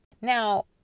Now